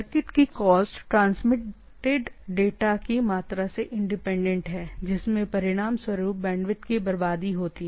circuit की cost transmitted data की मात्रा से इंडिपेंडेंट है जिसके परिणामस्वरूप बैंडविड्थ की बर्बादी होती है